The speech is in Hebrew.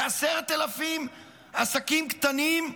ל-10,000 עסקים קטנים,